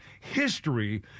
history